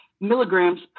milligrams